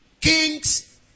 kings